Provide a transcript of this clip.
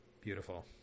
beautiful